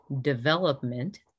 development